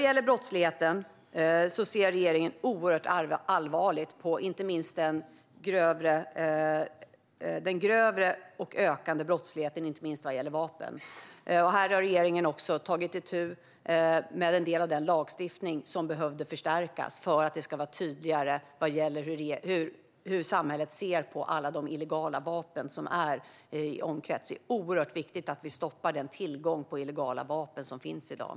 Regeringen ser oerhört allvarligt på den grövre och ökande brottsligheten, inte minst vad gäller vapen, och har tagit itu med en del av den lagstiftning som behövde förstärkas för att det ska vara tydligare hur samhället ser på alla de illegala vapen som är i omlopp. Det är oerhört viktigt att vi stoppar tillgången till de illegala vapen som finns i dag.